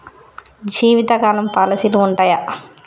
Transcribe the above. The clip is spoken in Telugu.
జీవితకాలం పాలసీలు ఉంటయా?